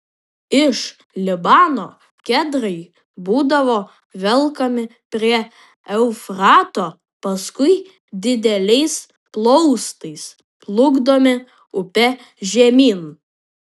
iš libano kedrai būdavo velkami prie eufrato paskui dideliais plaustais plukdomi upe žemyn